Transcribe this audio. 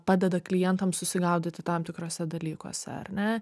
padeda klientam susigaudyti tam tikruose dalykuose ar ne